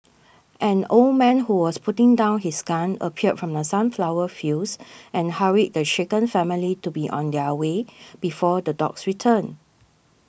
an old man who was putting down his gun appeared from the sunflower fields and hurried the shaken family to be on their way before the dogs return